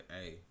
Hey